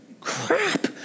Crap